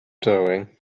doing